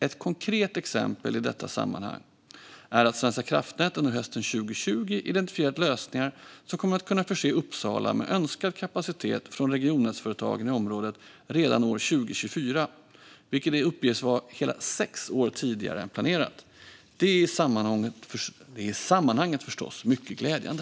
Ett konkret exempel i detta sammanhang är att Svenska kraftnät under hösten 2020 identifierat lösningar som kommer att kunna förse Uppsala med önskad kapacitet från regionnätsföretagen i området redan år 2024, vilket uppges vara hela sex år tidigare än planerat. Det är i sammanhanget förstås mycket glädjande.